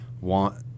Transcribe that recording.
want